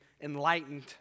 enlightened